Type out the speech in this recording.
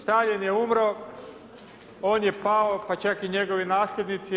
Staljin je umro, on je pao pa pak i njegovi nasljednici.